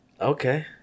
Okay